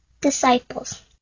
disciples